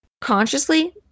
Consciously